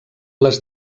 les